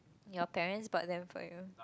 your parents bought them for you